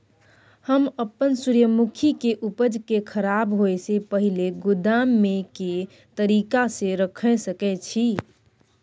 हम अपन सूर्यमुखी के उपज के खराब होयसे पहिले गोदाम में के तरीका से रयख सके छी?